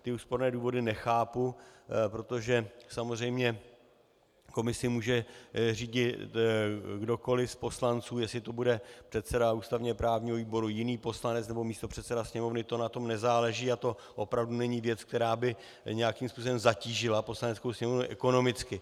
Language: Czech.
Ty úsporné důvody nechápu, protože samozřejmě komisi může řídit kdokoli z poslanců, jestli to bude předseda ústavněprávního výboru, jiný poslanec nebo místopředseda Sněmovny, na tom nezáleží a to opravdu není věc, která by nějakým způsobem zatížila Poslaneckou sněmovnu ekonomicky.